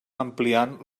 ampliant